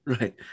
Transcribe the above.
right